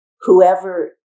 whoever